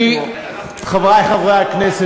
חברי חברי הכנסת,